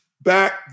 back